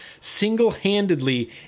single-handedly